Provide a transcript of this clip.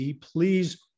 please